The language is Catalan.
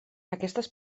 aquestes